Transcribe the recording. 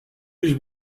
his